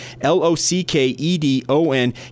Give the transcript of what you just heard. l-o-c-k-e-d-o-n